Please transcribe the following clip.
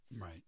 right